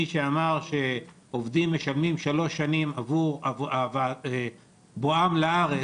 מי שאמר שעובדים משלמים שלוש שנים עבור בואם לארץ